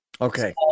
Okay